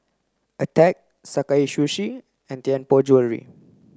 Attack Sakae Sushi and Tianpo Jewellery